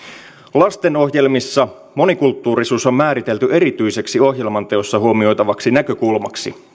lastenohjelmissa monikulttuurisuus on määritelty erityiseksi ohjelman teossa huomioitavaksi näkökulmaksi